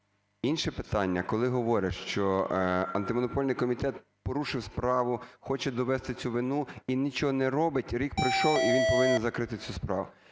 Інше питання, коли говорять, що Антимонопольний комітет порушив справу, хоче довести цю вину і нічого не робить, рік пройшов, і він повинен закрити цю справу.